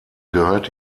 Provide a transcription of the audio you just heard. gehört